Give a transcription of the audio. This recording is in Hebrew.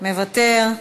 מוותר,